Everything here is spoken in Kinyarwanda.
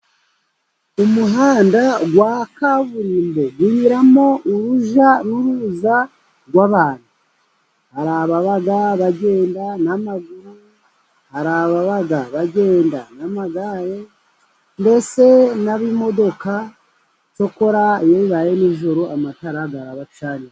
Umuhanda wa kaburimbo unyuramo urujya n'uruza rw'abantu. Hari ababa bagenda n'amaguru, hari ababa bagenda n'amagare, mbese n'ab'imodoka, cyokora iyo bibaye nijoro amatara arabacanira.